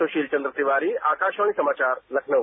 सुशील चंद्र तिवारी आकाशवाणी समाचार लखनऊ